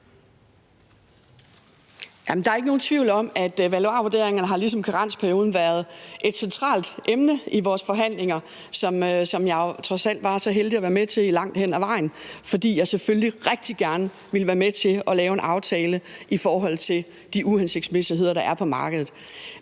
der er ikke nogen tvivl om, at valuarvurderingerne ligesom karensperioden har været et centralt emne i vores forhandlinger, som jeg trods alt var så heldig at være med til langt hen ad vejen, fordi jeg selvfølgelig rigtig gerne ville være med til at lave en aftale i forhold til de uhensigtsmæssigheder, der er på markedet.